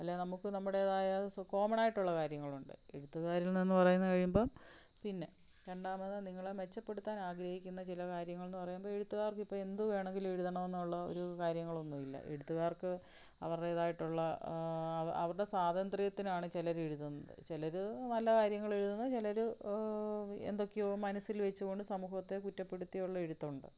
അല്ല നമുക്ക് നമ്മുടേതായ കോമണായിട്ടുള്ള കാര്യങ്ങളുണ്ട് എഴുത്തുകാരിൽനിന്നെന്ന് പറയുന്ന കഴിയുമ്പം പിന്നെ രണ്ടാമത് നിങ്ങളെ മെച്ചപ്പെടുത്താൻ ആഗ്രഹിക്കുന്ന ചില കാര്യങ്ങൾ എന്ന് പറയുമ്പോൾ എഴുത്തുകാർക്ക് ഇപ്പം എന്ത് വേണമെങ്കിലും എഴുതണം എന്നുള്ള ഒരു കാര്യങ്ങളൊന്നും ഇല്ല എഴുത്തുകാർക്ക് അവരുടേതായിട്ടുള്ള അവരുടെ സ്വാതന്ത്ര്യത്തിനാണ് ചിലർ എഴുതുന്നത് ചിലർ നല്ല കാര്യങ്ങൾ എഴുതുന്നത് ചിലർ എന്തൊക്കെയോ മനസ്സിൽ വെച്ചുകൊണ്ട് സമൂഹത്തെ കുറ്റപ്പെടുത്തിയുള്ള എഴുത്തുണ്ട്